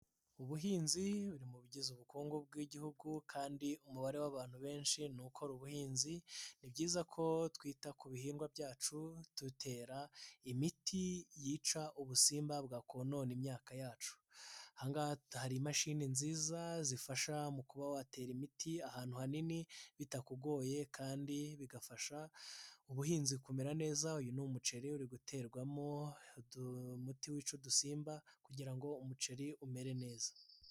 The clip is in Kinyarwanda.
Ubuhinzi buri mu bigize ubukungu bw'Igihugu kandi umubare w'abantu benshi ni ukora ubuhinzi, ni byiza ko twita ku bihingwa byacu dutera imiti yica ubusimba bwakonona imyaka yacu, hari imashini nziza zifasha mu kuba watera imiti ahantu hanini bitakugoye kandi bigafasha ubuhinzi kumera neza, uyu ni umuceri uri guterwamo umuti wica udusimba kugira ngo umuceri umere neza.